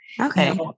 Okay